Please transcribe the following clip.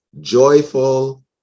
joyful